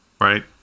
right